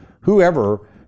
whoever